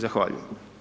Zahvaljujem.